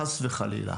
חס וחלילה.